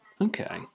Okay